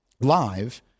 live